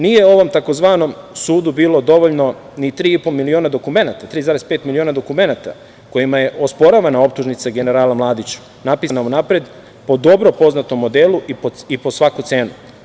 Nije ovom tzv. sudu bilo dovoljno ni tri i po miliona dokumenata kojima je osporavana optužnica generala Mladića, napisana unapred po dobro poznatom modelu i po svaku cenu.